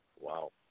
Wow